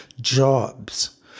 jobs